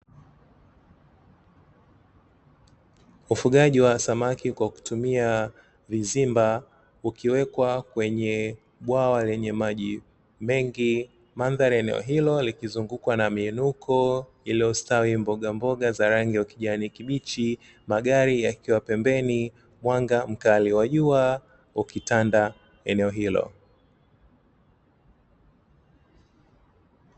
Ufugaji wa samaki kwa kutumia vizimba ukiwekwa kwenye bwawa lenye maji mengi. Mandhari ya eneo hilo likizungukwa na miinuko iliyostawi mbogamboga za rangi ya kijani kibichi. Magari yakiwa pembeni mwanga mkali wa jua ukitanda eneo hilo.